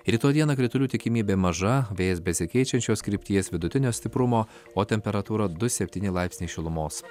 rytoj dieną kritulių tikimybė maža vėjas besikeičiančios krypties vidutinio stiprumo o temperatūra du septyni laipsniai šilumos